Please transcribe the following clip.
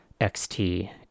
XT